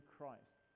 Christ